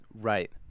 Right